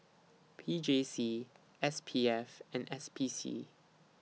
P J C S P F and S P C